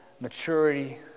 maturity